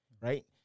right